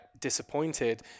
disappointed